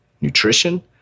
nutrition